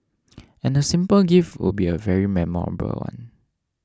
and the simple gift will be a very memorable one